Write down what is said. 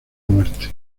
muerte